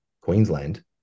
Queensland